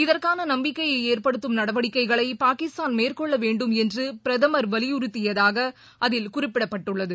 இதற்கானநம்பிக்கையைஏற்படுத்தும் நடவடிக்கைகளைபாகிஸ்தான் மேற்கொள்ளவேண்டும் என்றுபிரதமர் வலியுறுத்தியதாகஅதில் குறிப்பிடப்பட்டுள்ளது